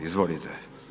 Izvolite.